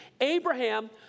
Abraham